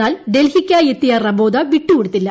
എന്നാൽ ഡൽഹിക്കായി എത്തിയ റബാദ വിട്ടുകൊടുത്തില്ല